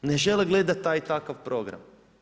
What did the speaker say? Ne žele gledati taj i takav program.